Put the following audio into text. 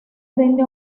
rinde